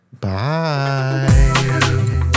Bye